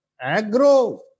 agro